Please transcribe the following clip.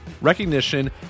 recognition